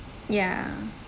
ya